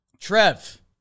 Trev